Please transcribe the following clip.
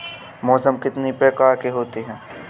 मौसम कितनी प्रकार के होते हैं?